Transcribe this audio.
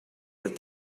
that